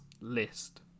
list